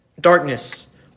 darkness